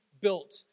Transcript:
built